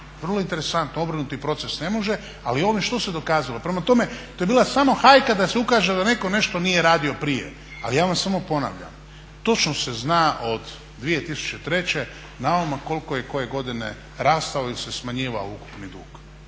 Vrlo interesantno, obrnuti proces ne može, ali ovim što se dokazalo. Prema tome, to je bila samo hajka da netko nešto nije radio prije. Ali ja vam samo ponavljam, točno se zna od 2003. na ovako koliko je koje godine rastao ili se smanjivao ukupni dug.